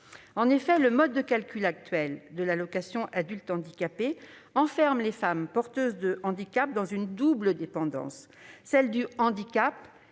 En effet, le mode de calcul actuel de l'AAH enferme les femmes porteuses de handicap dans une double dépendance : celle du handicap